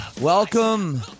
Welcome